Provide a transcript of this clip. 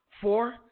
Four